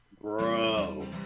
Bro